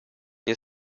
nie